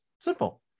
Simple